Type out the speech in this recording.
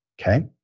okay